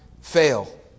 fail